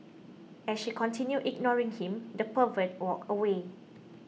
as she continued ignoring him the pervert walked away